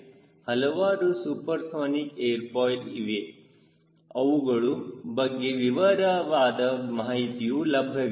ಹಲವಾರು supersonic airfoil ಇವೆ ಅವುಗಳ ಬಗ್ಗೆ ವಿವರವಾದ ಮಾಹಿತಿಯು ಲಭ್ಯವಿದೆ